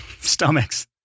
stomachs